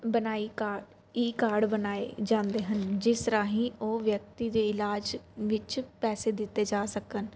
ਬਣਾਈ ਕਾ e card ਬਣਾਏ ਜਾਂਦੇ ਹਨ ਜਿਸ ਰਾਹੀਂ ਉਹ ਵਿਅਕਤੀ ਦੇ ਇਲਾਜ ਵਿੱਚ ਪੈਸੇ ਦਿੱਤੇ ਜਾ ਸਕਣ